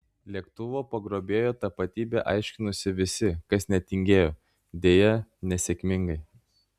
lėktuvo pagrobėjo tapatybę aiškinosi visi kas netingėjo deja nesėkmingai